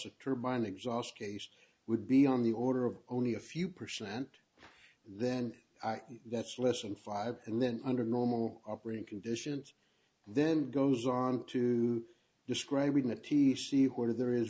turbine exhaust case would be on the order of only a few percent then that's less than five and then under normal operating conditions then goes on to describe in the t c where there is